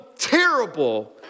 Terrible